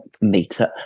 meter